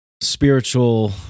spiritual